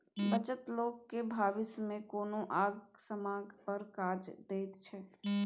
बचत लोक केँ भबिस मे कोनो आंग समांग पर काज दैत छै